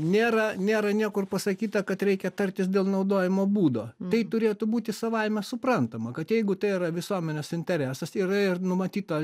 nėra nėra niekur pasakyta kad reikia tartis dėl naudojimo būdo tai turėtų būti savaime suprantama kad jeigu tai yra visuomenės interesas yra ir numatyta